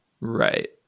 Right